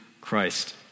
Christ